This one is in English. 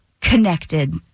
connected